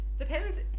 depends